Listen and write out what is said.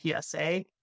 PSA